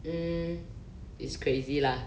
mm it's crazy lah